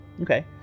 Okay